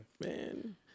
Man